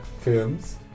films